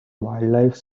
wildlife